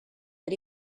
but